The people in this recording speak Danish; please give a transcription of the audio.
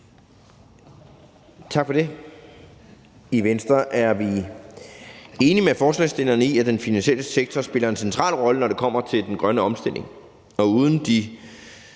Tak for det. I Venstre er vi enige med forslagsstillerne i, at den finansielle sektor spiller en central rolle, når det kommer til den grønne omstilling,